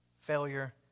failure